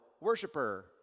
worshiper